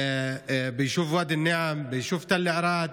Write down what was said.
יישוב ואדי א-נעם, יישוב תל ערד.